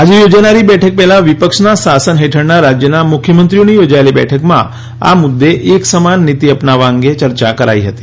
આજે યોજાનારી બેઠક પહેલાં વિપક્ષના શાસન હેઠળના રાજ્યોના મુખ્યમંત્રીઓની યોજાયેલી બેઠકમાં આ મુદ્દે એકસમાન નીતિ અપનાવવા અંગે ચર્ચા કરાઈ હતી